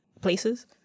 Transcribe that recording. places